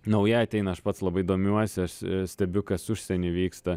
nauja ateina aš pats labai domiuosi aš stebiu kas užsieny vyksta